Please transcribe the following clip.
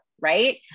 right